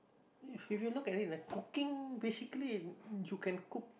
if you look at it like cooking basically you can cook